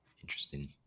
Interesting